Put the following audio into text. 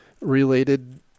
related